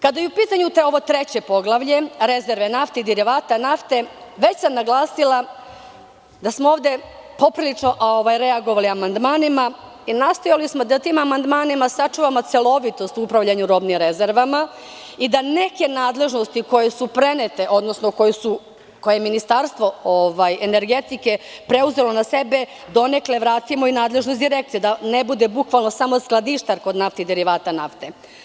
Kada je u pitanju ovo treće poglavlje rezerve nafte i derivata nafte, već sam naglasila da smo ovde poprilično reagovali amandmanima i nastojali smo da tim amandmanima sačuvamo celovitost u upravljanju robnim rezervama i da neke nadležnosti koje su prenete odnosno koje je Ministarstvo energetike preuzelo na sebe donekle vratimo i nadležnost direkcije, da ne bude bukvalno samo skladištar kod naftnih derivata nafte.